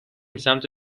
سمت